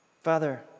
Father